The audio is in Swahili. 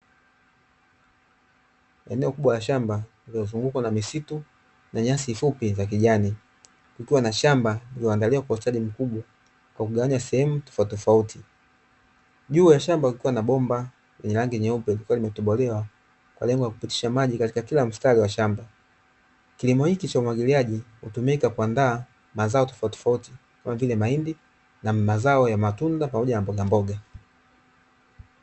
Eneo kubwa la shamba liloo zungukwa na misitu na nyasi fupi za kijani, kukiwa na shamba lilioo andaliwa kwa ustadi mkubwa kugawanya sehemu tofaut tofautii. Juu ya shamba kukikwa bomba lenye rangi nyeupe likiwa lime tobolewa kwa lengo la kupitisha maji katika kila mstari wa shamba. Kilimo hiki cha umwagiliaji hutumika kuandaa mazao tofauti tofauti kama vile mahindi na mazao ya matunda pamoja na mboga mboga.